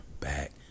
back